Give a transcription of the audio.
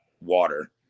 water